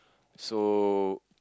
so